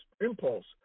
impulse